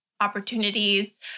opportunities